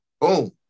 boom